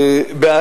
ג.